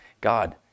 God